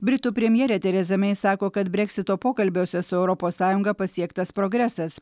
britų premjerė tereza mei sako kad breksito pokalbiuose su europos sąjunga pasiektas progresas